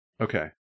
Okay